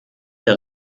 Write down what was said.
der